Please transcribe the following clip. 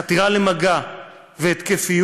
חתירה למגע והתקפיות,